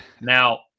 Now